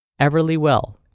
Everlywell